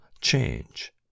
change